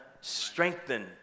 strengthen